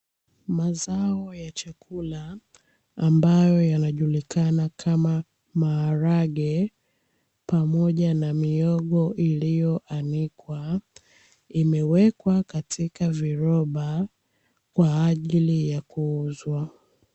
Mazao ya chakula ambayo yanajulikana kama maharage, pamoja na mihogo iliyoanikwa imewekwa katika viroba kwa ajili ya kuuzwa.